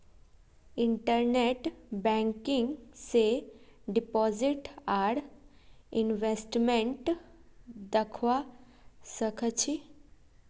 internet banking स deposit आर investment दख्वा स ख छ